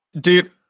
dude